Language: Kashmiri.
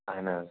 اَہَن حظ